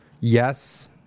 Yes